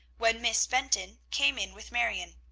when miss benton came in with marion.